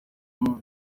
muntu